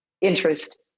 interest